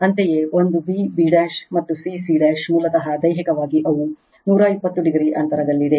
ಅಂತೆಯೇ ಒಂದು B B ಮತ್ತು ಸಿ ಸಿ ಮೂಲತಃ ದೈಹಿಕವಾಗಿ ಅವು 120oಅಂತರದಲ್ಲಿದೆ